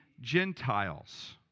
Gentiles